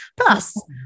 Plus